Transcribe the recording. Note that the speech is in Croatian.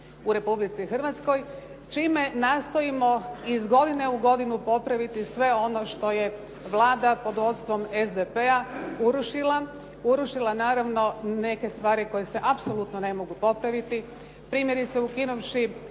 u Republici Hrvatskoj, čime nastojimo iz godine u godinu popraviti sve ono što je Vlada pod vodstvom SDP-a urušila. Urušila naravno neke stvari koje se apsolutno ne mogu popraviti. Primjerice, ukinuvši